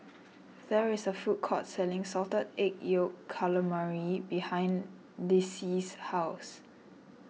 there is a food court selling Salted Egg Yolk Calamari behind Lissie's house